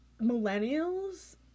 millennials